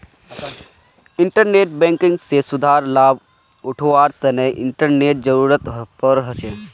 internet banking स सुविधार लाभ उठावार तना इंटरनेटेर जरुरत पोर छे